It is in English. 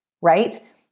right